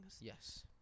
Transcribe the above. Yes